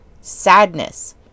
sadness